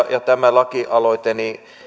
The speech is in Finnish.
lakialoite